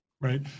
Right